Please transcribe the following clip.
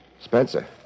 Spencer